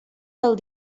del